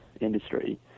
industry